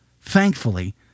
Thankfully